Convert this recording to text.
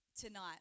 tonight